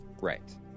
Right